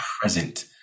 present